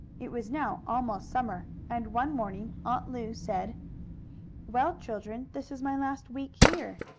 it was now almost summer, and one morning aunt lu said well, children, this is my last week here.